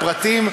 לפרטים,